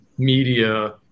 media